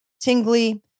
tingly